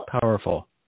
powerful